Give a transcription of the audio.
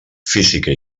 física